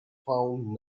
found